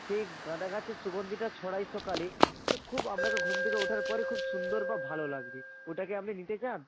সেই গাঁদা গাছের সুগন্ধটা ছড়ায় সকালে তো খুব আপনাকে ঘুম থেকে ওঠার পরে খুব সুন্দর বা ভালো লাগবে ওটা কি আপনি নিতে চান